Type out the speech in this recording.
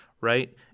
right